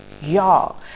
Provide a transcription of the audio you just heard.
Y'all